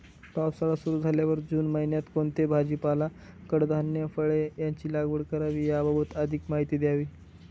पावसाळा सुरु झाल्यावर जून महिन्यात कोणता भाजीपाला, कडधान्य, फळे यांची लागवड करावी याबाबत अधिक माहिती द्यावी?